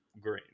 green